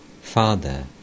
Father